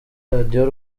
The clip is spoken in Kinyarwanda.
radio